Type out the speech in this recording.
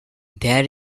there